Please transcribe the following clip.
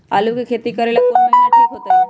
आलू के खेती करेला कौन महीना ठीक होई?